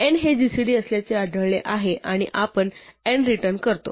n हे GCD असल्याचे आढळले आहे आणि आपण n रिटर्न करतो